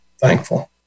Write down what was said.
thankful